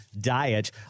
diet